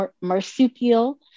marsupial